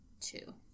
two